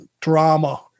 drama